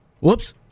Whoops